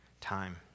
time